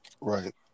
Right